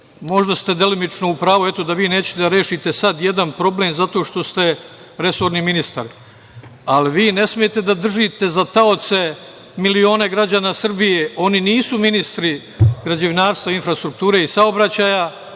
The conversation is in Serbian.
dobro. Možda ste delimično u pravu, eto, da vi nećete da rešite sad jedan problem zato što ste resorni ministar, ali vi ne smete da držite za taoce milione građana Srbije. Oni nisu ministri građevinarstva, infrastrukture i saobraćaja,